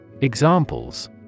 Examples